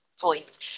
point